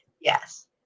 Yes